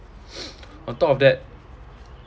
on top of that